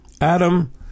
Adam